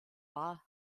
war